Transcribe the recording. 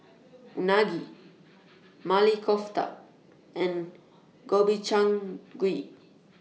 Unagi Maili Kofta and Gobchang Gui